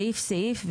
סעיף סעיף.